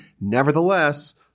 Nevertheless